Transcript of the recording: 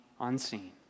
unseen